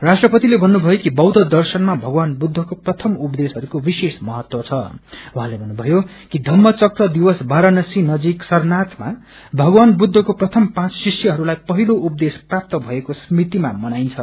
राष्ट्रपतिले भन्नुभयो कि बौद्ध दर्शनमा भगवान बुद्धको प्रथम उपदेशहरूको विशेष महत्व छं उहाँले भन्नुभयो कि धम्म चक्र दिवस वाराणसीको नजिक सारनाथमा भगवान बुद्धको प्रथम पाँच शिष्यहरूलाई पहिलो उपदेश प्राप्त भएको स्मृतिमा मनाइन्छ